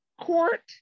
court